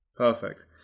Perfect